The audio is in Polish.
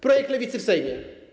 Projekt Lewicy w Sejmie.